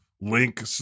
link